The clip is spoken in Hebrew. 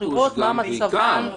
מה זאת אומרת "גם"?